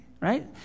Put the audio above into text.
right